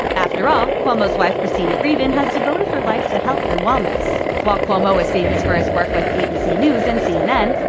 after all, cuomo's wife cristina greeven has devoted her life to health and wellness. while cuomo is famous for his work with abc news and cnn,